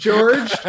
George